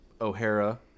O'Hara